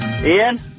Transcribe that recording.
Ian